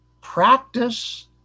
Practice